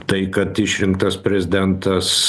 tai kad išrinktas prezidentas